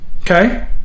Okay